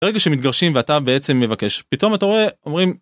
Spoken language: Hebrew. ברגע שמתגרשים ואתה בעצם מבקש פתאום אתה רואה אומרים.